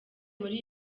muri